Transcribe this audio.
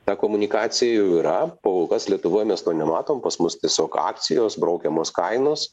ta komunikacija jau yra pa kol kas lietuvoj mes to nematom pas mus tiesiog akcijos braukiamos kainos